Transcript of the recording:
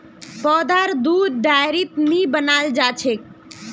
पौधार दुध डेयरीत नी बनाल जाछेक